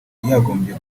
yagombye